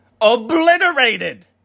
obliterated